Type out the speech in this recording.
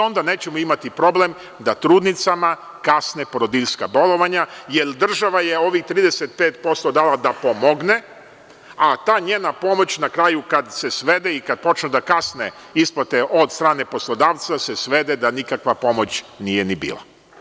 Onda nećemo imati problem da trudnicama kasne porodiljska bolovanja, jer država je ovih 35% dala da pomogne, a ta njena pomoć na kraju kad se svede i kad počnu da kasne isplate od strane poslodavca se svede da nikakva pomoć nije ni bila.